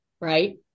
right